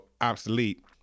obsolete